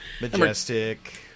Majestic